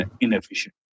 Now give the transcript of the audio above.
inefficient